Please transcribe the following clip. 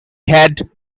had